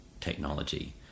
technology